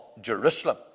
Jerusalem